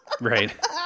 Right